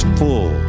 full